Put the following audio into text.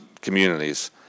communities